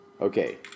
Okay